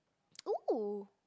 oh